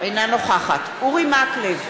נוכחת אורי מקלב,